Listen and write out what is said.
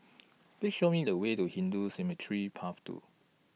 Please Show Me The Way to Hindu Cemetery Path two